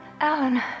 Alan